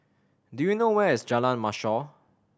do you know where is Jalan Mashor